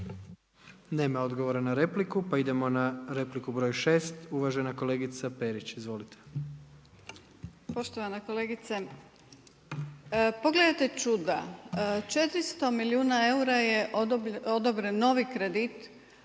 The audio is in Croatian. Nema odgovora na repliku. Pa idemo na repliku broj šest, uvažena kolegica Perić. Izvolite. **Perić, Grozdana (HDZ)** Poštovana kolegice, pogledajte čuda, 400 milijuna eura je odobren novi kredit,